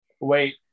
wait